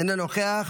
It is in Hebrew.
אינו נוכח.